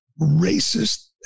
racist